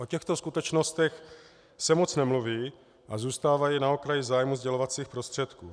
O těchto skutečnostech se moc nemluví a zůstávají na okraji zájmu sdělovacích prostředků.